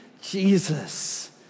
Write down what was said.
Jesus